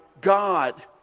God